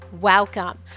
welcome